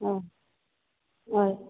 ಹಾಂ ವಾಯ್